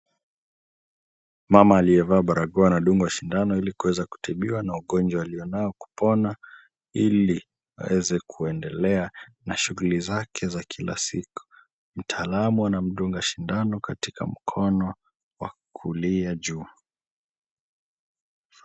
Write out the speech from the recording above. Mama aliyevaa barakoa anadungwa shindano ili kuweza kutibiwa na ugonjwa alionao kupona, ili aweze kuendelea na shughuli zake za kila siku. Mtaalamu anamdunga shindano katika mkono wa kulia juu.